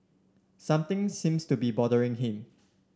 something seems to be bothering him